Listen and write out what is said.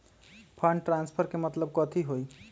Fund transfer के मतलब कथी होई?